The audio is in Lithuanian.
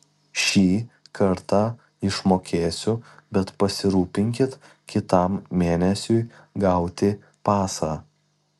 šį kartą išmokėsiu bet pasirūpinkit kitam mėnesiui gauti pasą